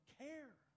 care